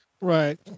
Right